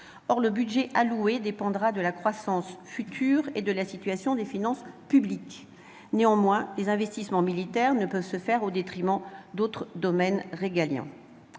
Or le budget alloué dépendra de la croissance future et de la situation des finances publiques. Néanmoins, les investissements militaires ne peuvent se faire au détriment d'autres domaines régaliens.